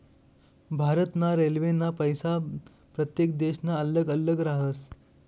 भारत ना रेल्वेना पैसा प्रत्येक देशना अल्लग अल्लग राहस